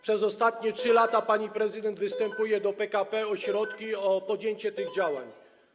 Przez ostatnie 3 lata pani prezydent występuje do PKP o środki, o podjęcie działań.